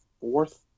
fourth